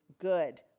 good